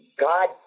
God